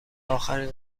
آخرین